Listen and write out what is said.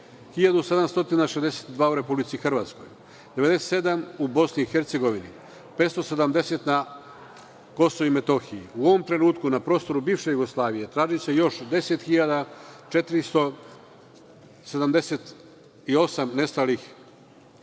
1.762 u Republici Hrvatskoj, 97 u Bosni i Hercegovini, 570 na Kosovu i Metohiji. U ovom trenutku na prostoru bivše SFRJ traži se još 10.478 nestalih lica,